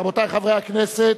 רבותי חברי הכנסת.